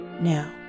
Now